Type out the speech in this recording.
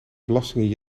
belastingen